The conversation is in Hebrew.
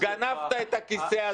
גנבת את הכיסא הזה.